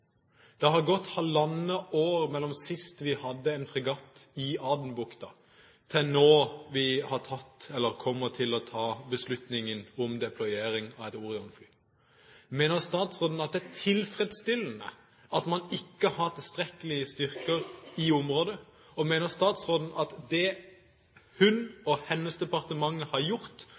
Det har gått halvannet år siden sist vi hadde en fregatt i Adenbukta, når vi kommer til å ta beslutningen om deployering av et Orion-fly. Mener statsråden at det er tilfredsstillende at man ikke har tilstrekkelige styrker i dette området? Mener statsråden at det hun og hennes departement har gjort